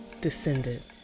descended